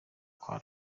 kwa